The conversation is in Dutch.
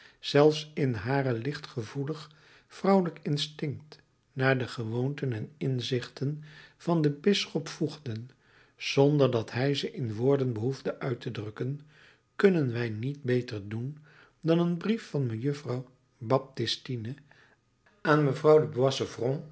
zelfs in haar lichtgevoelig vrouwelijk instinct naar de gewoonten en inzichten van den bisschop voegden zonder dat hij ze in woorden behoefde uit te drukken kunnen wij niet beter doen dan een brief van mejuffrouw baptistine aan mevrouw